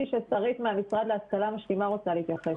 ראיתי ששרית מהמשרד להשכלה משלימה רוצה להתייחס.